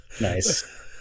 Nice